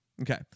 Okay